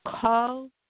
Call